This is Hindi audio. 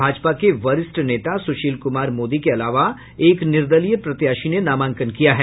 भाजपा के वरिष्ठ नेता सुशील कुमार मोदी के अलावा एक निर्दलीय प्रत्याशी ने नामांकन किया है